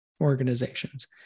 organizations